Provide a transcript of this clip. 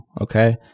okay